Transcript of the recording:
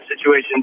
situation